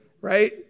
right